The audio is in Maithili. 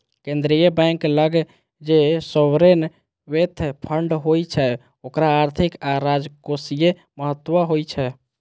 केंद्रीय बैंक लग जे सॉवरेन वेल्थ फंड होइ छै ओकर आर्थिक आ राजकोषीय महत्व होइ छै